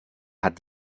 hat